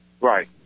Right